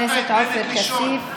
חבר הכנסת עופר כסיף,